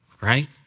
right